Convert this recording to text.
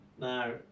Now